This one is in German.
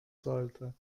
sollte